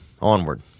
onward